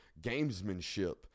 gamesmanship